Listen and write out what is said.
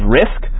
risk